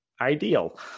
ideal